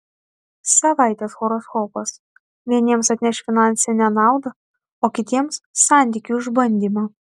savaitės horoskopas vieniems atneš finansinę naudą o kitiems santykių išbandymą